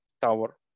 tower